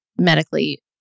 medically